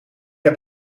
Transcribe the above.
heb